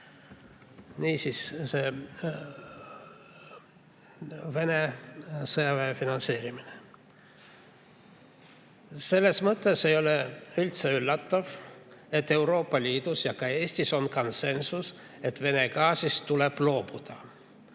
Niisiis, Vene sõjaväe finantseerimine. Selles mõttes ei ole üldse üllatav, et Euroopa Liidus ja ka Eestis on konsensus, et Vene gaasist tuleb loobuda.